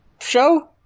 show